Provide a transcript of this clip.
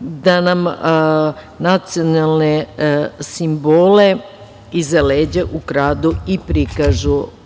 da nam nacionalne simbole iza leđa ukradu i